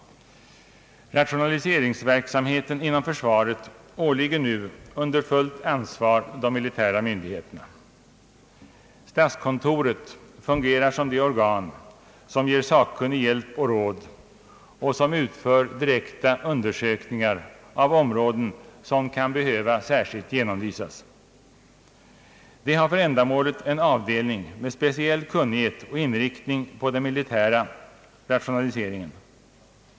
Rationaliseringsverksamheten inom försvaret åligger nu under fullt ansvar de militära myndigheterna. Statskontoret fungerar som det organ som ger sakkunnig hjälp och råd och som utför direkta undersökningar av områden som kan behöva särskilt genomlysas. Det har för ändamålet en avdelning med speciell kunnighet och inriktning på den militära rationaliseringen.